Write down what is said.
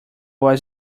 was